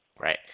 Right